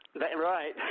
Right